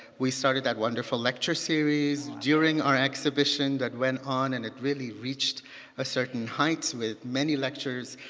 we started that wonderful lecture series during our exhibition that went on and it really reached a certain height with many lectures,